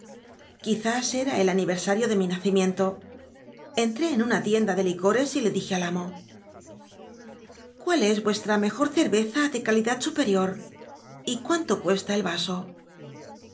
is era el ani ersario de mi nacimiento entré en una tienda de licores y le dije al amo cutil es nrestra mejor cerveza de calidad superior y cu into cuesta el aso